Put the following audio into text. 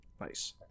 Nice